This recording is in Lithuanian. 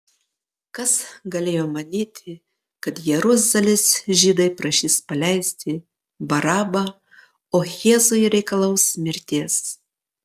kas galėjo manyti kad jeruzalės žydai prašys paleisti barabą o jėzui reikalaus mirties